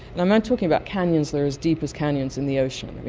i'm i'm talking about canyons that are as deep as canyons in the ocean,